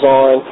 on